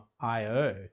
IO